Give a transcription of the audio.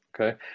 okay